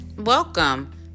welcome